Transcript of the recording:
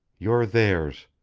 you're theirs.